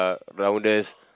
uh rounders